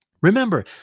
Remember